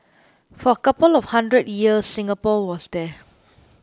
for a couple of hundred years Singapore was there